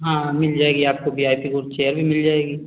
हाँ मिल जायेगी आपको किराये की वो चेयर भी मिल जायेगी